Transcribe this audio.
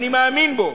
אני מאמין בו.